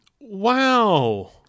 Wow